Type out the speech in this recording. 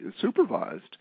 supervised